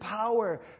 power